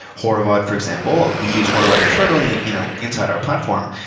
horovod, for example. we use horovod internally you know inside our platform.